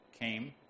came